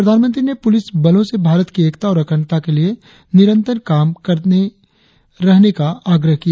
प्रधानमंत्री ने पुलिस बलों से भारत की एकता और अखंडता के लिए निरंतर काम करते रहने का आग्रह किया